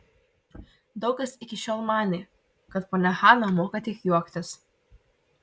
daug kas iki šiol manė kad ponia hana moka tik juoktis